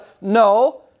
no